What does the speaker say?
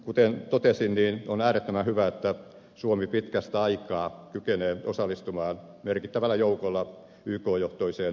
kuten totesin niin on äärettömän hyvä että suomi pitkästä aikaa kykenee osallistumaan merkittävällä joukolla yk johtoiseen operaatioon